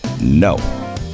No